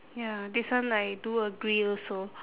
ya this one I do agree also